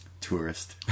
tourist